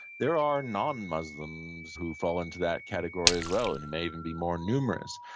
there are non-muslims who fall into that category as well, and it may even be more numerous,